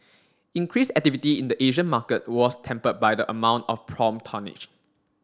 increased activity in the Asian market was tempered by the amount of prompt tonnage